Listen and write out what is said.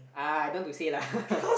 ah I don't want to say lah